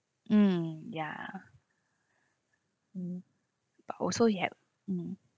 mm ya mm but also you have mm